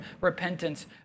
repentance